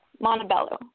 Montebello